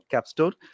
Capstone